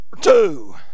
two